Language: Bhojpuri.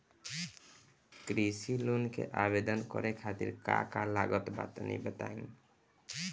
कृषि लोन के आवेदन करे खातिर का का लागत बा तनि बताई?